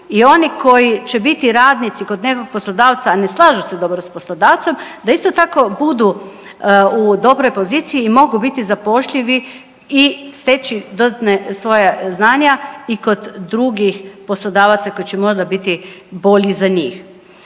i oni koji će biti radnici kod nekog poslodavca, a ne slažu se dobro s poslodavcem da isto tako budu u dobroj poziciji i mogu biti zapošljivi i steći dodatna svoja znanja i kod drugih poslodavaca koji će možda biti bolji za njih.